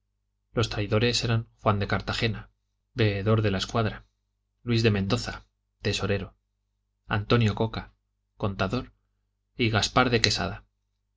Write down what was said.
los traidores eran juan de cartagena veedor de la escuadra luis de mendoza tesorero antonio coca contador y gaspar de quesada